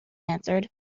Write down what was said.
answered